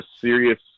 serious